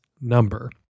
number